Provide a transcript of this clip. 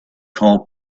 call